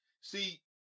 See